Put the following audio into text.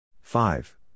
Five